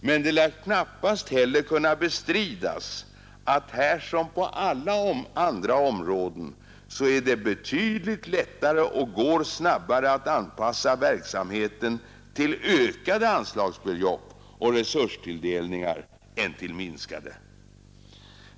Men det lär knappast heller kunna bestridas att det här som på alla andra områden är betydligt lättare och går snabbare att anpassa verksamheten till ökade anslagsbelopp och resurstilldelningar än till minskade.